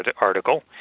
article